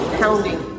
pounding